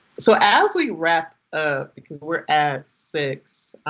so as we wrap up, because we're at six